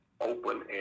open